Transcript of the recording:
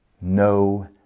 no